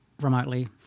remotely